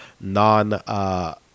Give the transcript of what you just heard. non-